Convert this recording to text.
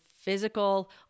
physical